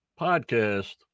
podcast